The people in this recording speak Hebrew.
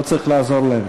לא צריך לעזור להם.